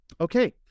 okay